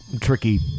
tricky